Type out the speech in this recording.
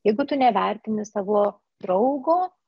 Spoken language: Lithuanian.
jeigu tu nevertini savo draugo